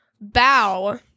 bow